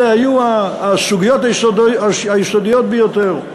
אלה היו הסוגיות היסודיות ביותר.